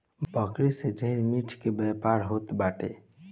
बकरी से ढेर मीट के व्यापार होत बाटे